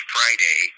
Friday